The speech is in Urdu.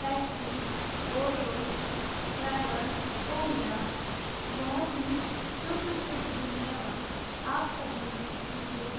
ٹیکسی آٹو ڈرائیور کو میرا بہت ہی شدھ شدھ دھنیہ واد آپ سبھی نے مجھے